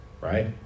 right